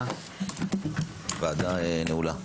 הוועדה נעולה.